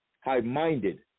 high-minded